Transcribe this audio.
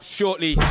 shortly